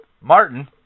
Martin